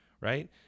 Right